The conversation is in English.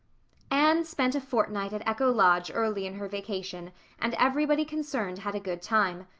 anne spent a fortnight at echo lodge early in her vacation and everybody concerned had a good time.